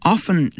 Often